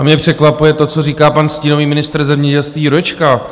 Mě překvapuje to, co říká pan stínový ministr zemědělství Jurečka.